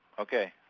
Okay